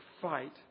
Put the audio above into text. fight